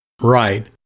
Right